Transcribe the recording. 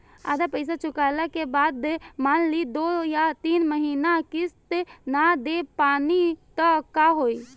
आधा पईसा चुकइला के बाद मान ली दो या तीन महिना किश्त ना दे पैनी त का होई?